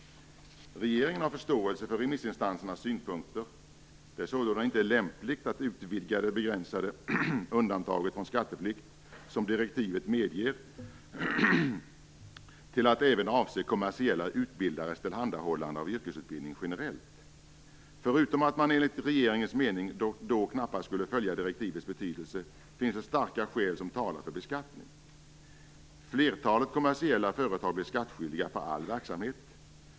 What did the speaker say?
Regeringen har förståelse för remissinstansernas synpunkter. Det är sålunda inte lämpligt att utvidga det begränsade undantag från skatteplikt som direktivet medger till att även avse kommersiella utbildares tillhandahållande av yrkesutbildning generellt. Förutom att man enligt regeringens mening då knappast skulle följa direktivets betydelse, finns det starka skäl som talar för beskattning. Flertalet kommersiella företag blir skattskyldiga för all verksamhet.